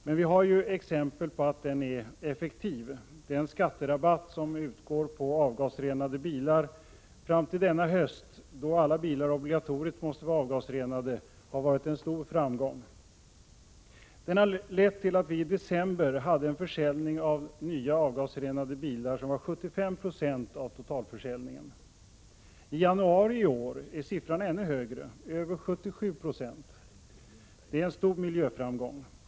Men vi har ju exempel på att den är effektiv. Den skatterabatt som utgår på avgasrenade bilar fram till denna höst, då alla bilar obligatoriskt måste vara avgasrenade, har varit en stor framgång. Den har lett till att vi i december hade en försäljning av nya avgasrenade bilar som var 75 90 av totalförsäljningen. I januari i år är siffran ännu högre — över 77 Jo. Det är en stor miljöframgång.